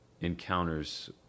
encounters